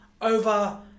over